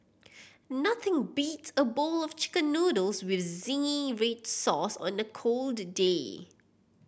nothing beats a bowl of Chicken Noodles with zingy red sauce on a cold day